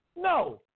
No